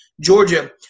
Georgia